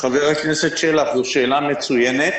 חבר הכנסת שלח, זאת שאלה מצוינת